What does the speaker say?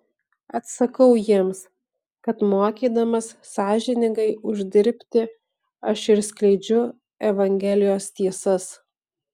atsakau jiems kad mokydamas sąžiningai uždirbti aš ir skleidžiu evangelijos tiesas